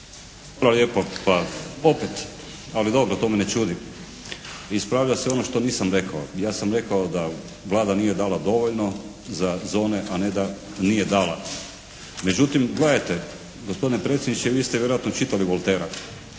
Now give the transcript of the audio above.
Pa opet, ali dobro to me ne čudi. Ispravlja se ono što nisam rekao. Ja sam rekao da Vlada nije dala dovoljno za zone, a ne da nije dala. Međutim gledajte, gospodine predsjedniče vi ste vjerojatno čitali Voltaira.